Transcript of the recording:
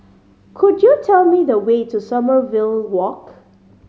could you tell me the way to Sommerville Walk